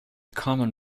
common